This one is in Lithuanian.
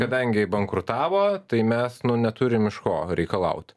kadangi bankrutavo tai mes nu neturim iš ko reikalaut